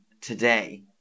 Today